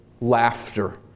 laughter